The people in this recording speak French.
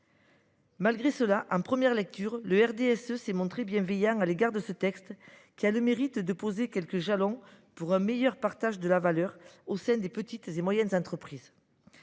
Malgré cela, en première lecture, le RDSE a porté un regard bienveillant sur ce texte, qui a le mérite de poser quelques jalons pour un meilleur partage de la valeur au sein des petites et moyennes entreprises.